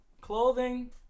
clothing